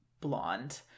blonde